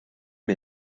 est